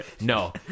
No